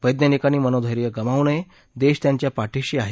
वैज्ञानिकांनी मनोधैर्य गमावू नये देश त्यांच्या पाठीशी आहे